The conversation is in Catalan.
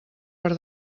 per